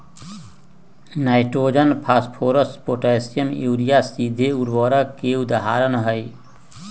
nitrogen, phosphorus, potassium, urea सीधे उर्वरक के उदाहरण हई